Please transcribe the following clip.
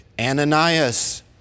Ananias